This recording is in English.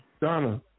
Donna